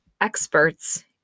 experts